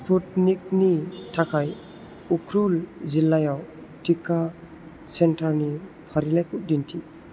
स्पुटनिकनि थाखाय उख्रुल जिल्लायाव टिका सेन्टारनि फारिलाइखौ दिन्थि